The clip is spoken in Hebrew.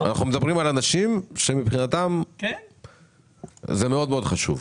אנחנו מדברים על אנשים שמבחינתם זה מאוד מאוד חשוב,